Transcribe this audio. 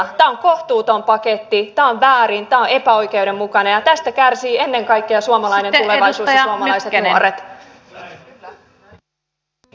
tämä on kohtuuton paketti tämä on väärin tämä on epäoikeudenmukainen ja tästä kärsivät ennen kaikkea suomalainen tulevaisuus ja suomalaiset nuoret